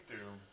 Doom